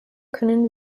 können